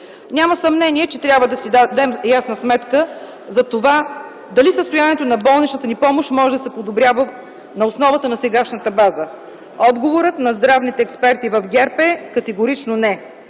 Няма съмнение, че трябва да си дадем ясна сметка за това дали състоянието на болничната ни помощ може да се подобрява на основата на сегашната база. Отговорът на здравните експерти в ГЕРБ е „категорично не”.